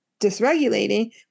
dysregulating